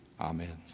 Amen